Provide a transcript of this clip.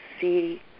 see